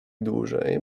dłużej